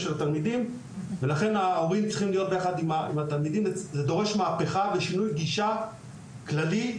זה דורש מהפיכה ושינוי גישה כללי בכלל המשק ואני